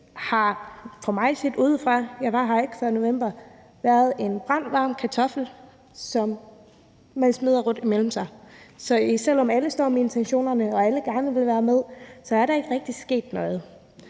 her ikke før november – været en brandvarm kartoffel, som man smider rundt imellem sig. Så selv om alle står med intentionerne og alle gerne vil være med, er der ikke rigtig sket noget.